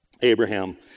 Abraham